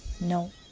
No